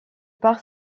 par